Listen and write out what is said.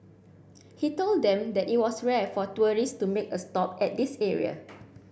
he told them that it was rare for tourists to make a stop at this area